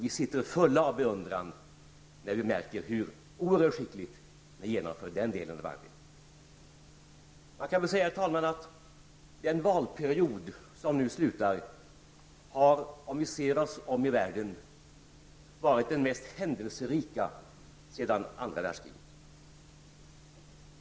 Vi sitter fulla av beundran när vi märker hur oerhört skickligt ni genomför den delen av arbetet. Herr talman! Man kan säga att den valperiod som nu slutar har, om vi ser oss om i världen, varit den mest händelserika sedan andra världskriget.